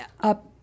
up